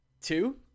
two